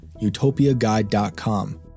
utopiaguide.com